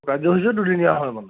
কাৰ্যসূচীও দুদিনীয়া হয় মানে